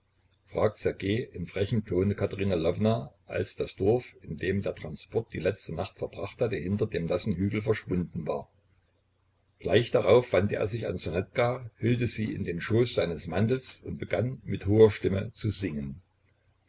ssergej in frechem tone katerina lwowna als das dorf in dem der transport die letzte nacht verbracht hatte hinter dem nassen hügel verschwunden war gleich darauf wandte er sich an ssonetka hüllte sie den schoß seines mantels und begann mit hoher stimme zu singen